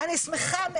אני שמחה מאוד לשמוע.